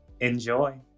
Enjoy